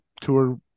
tour